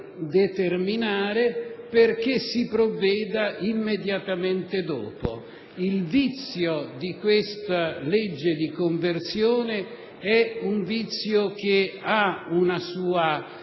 determinare, affinché si provveda immediatamente dopo. Il vizio di questa legge di conversione ha un suo